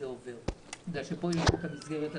עובר משום שפה יש את המסגרת התקציבית.